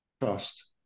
trust